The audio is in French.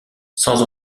sans